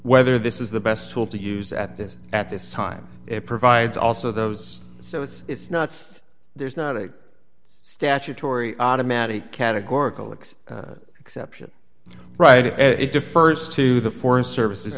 whether this is the best tool to use at this at this time it provides also those so it's not there's not a statutory automatic categorical ics exception right if it defers to the foreign services